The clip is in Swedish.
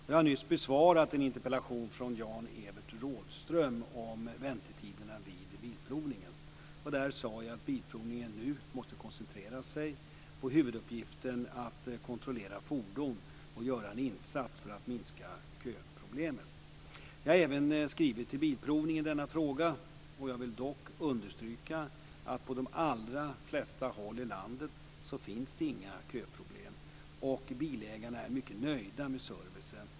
Jag har nyss besvarat en interpellation från Jan Där sade jag att Bilprovningen nu måste koncentrera sig på huvuduppgiften att kontrollera fordon och göra en insats för att minska köproblemen. Jag har även skrivit till Bilprovningen i denna fråga. Jag vill dock understryka att på de allra flesta håll i landet så finns det inga köproblem och bilägarna är mycket nöjda med servicen.